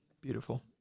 Beautiful